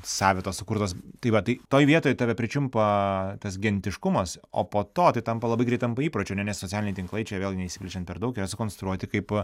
savitos sukurtos tai va tai toj vietoj tave pričiumpa tas gentiškumas o po to tai tampa labai greit tampa įpročiu ne nes socialiniai tinklai čia vėlgi neišsiplečiant per daug yra sukonstruoti kaip